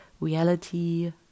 reality